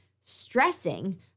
stressing